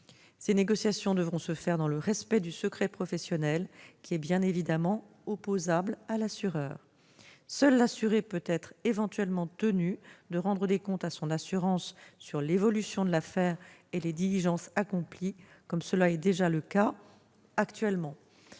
Ces négociations devront se faire dans le respect du secret professionnel, qui est bien évidemment opposable à l'assureur. Seul l'assuré peut être éventuellement tenu de rendre des comptes à son assurance sur l'évolution de l'affaire et les diligences accomplies, comme cela est déjà le cas actuellement.